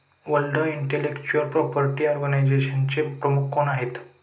World intellectual property ऑर्गनायझेशनचे प्रमुख कोण आहेत?